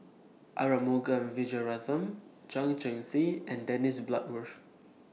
Arumugam Vijiaratnam Chan Chee Seng and Dennis Bloodworth